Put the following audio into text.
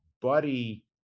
buddy